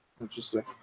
Interesting